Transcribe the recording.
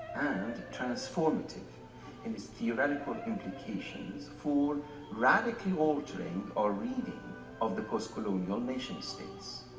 and transformative in its theoretical implications, for radically altering or reading of the post-colonial nation states.